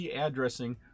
addressing